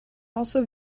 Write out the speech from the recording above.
also